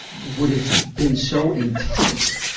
would have been so intense,